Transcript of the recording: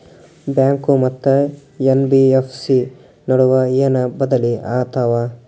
Bank ಮತ್ತ NBFC ನಡುವ ಏನ ಬದಲಿ ಆತವ?